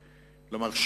כלומר,